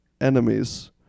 Enemies